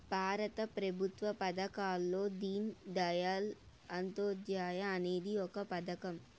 భారత ప్రభుత్వ పథకాల్లో దీన్ దయాళ్ అంత్యోదయ అనేది ఒక పథకం